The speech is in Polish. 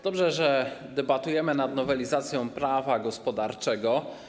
Dobrze, że debatujemy nad nowelizacją prawa gospodarczego.